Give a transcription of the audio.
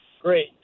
great